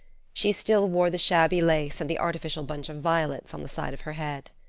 she still wore the shabby lace and the artificial bunch of violets on the side of her head.